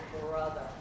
brother